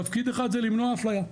תפקיד אחד זה למנוע אפליה,